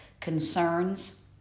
concerns